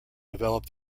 developed